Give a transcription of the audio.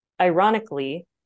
ironically